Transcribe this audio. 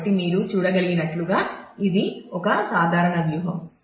కాబట్టి మీరు చూడగలిగినట్లుగా ఇది ఒక సాధారణ వ్యూహం